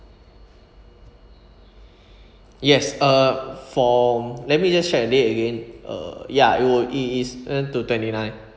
yes uh from let me just check the date again uh ya it would it is twenty seven to twenty nine